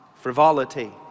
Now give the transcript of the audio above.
frivolity